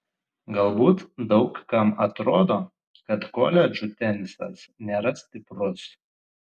galbūt daug kam atrodo kad koledžų tenisas nėra stiprus